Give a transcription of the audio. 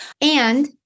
And-